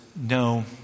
no